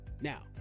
Now